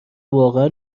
واقعا